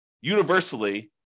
universally